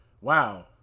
wow